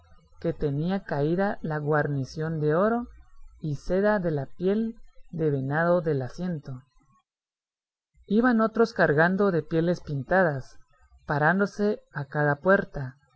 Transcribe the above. que tenía caída la guarnición de oro y seda de la piel de venado del asiento iban otros cargados de pieles pintadas parándose a cada puerta